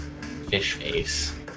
Fishface